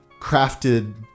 crafted